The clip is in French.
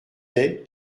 est